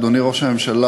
אדוני ראש הממשלה,